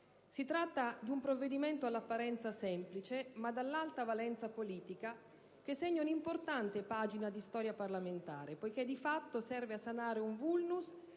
Si tratta di un provvedimento all'apparenza semplice, ma dall'alta valenza politica, che segna un'importante pagina di storia parlamentare poiché, di fatto, serve a sanare un *vulnus*